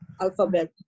Alphabet